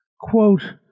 quote